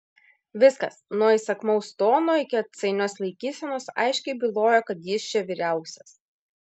viskas nuo įsakmaus tono iki atsainios laikysenos aiškiai bylojo kad jis čia vyriausias